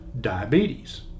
diabetes